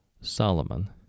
Solomon